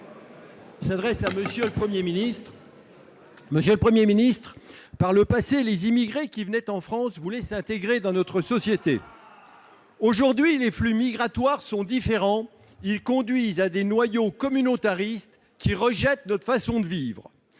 s'adresse à M. le Premier ministre. Monsieur le Premier ministre, par le passé, les immigrés qui venaient en France voulaient s'intégrer dans notre société. Aujourd'hui, les flux migratoires sont différents. Ils conduisent à des noyaux communautaristes qui rejettent notre façon de vivre.